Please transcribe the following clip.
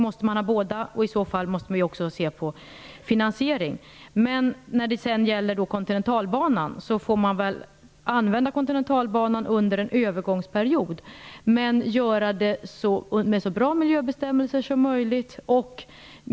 Måste man ha båda? I så fall måste vi också se på finansiering. Kontinentalbanan får man väl använda under en övergångsperiod, men göra det med så bra miljöbestämmelser som möjligt.